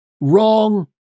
Wrong